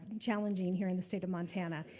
and challenging here in the state of montana.